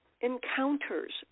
encounters